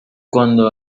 cuando